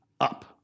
up